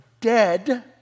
dead